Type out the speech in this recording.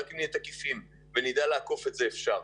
רק אם נהיה תקיפים ונדע לאכוף את זה, אפשר.